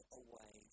away